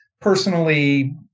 personally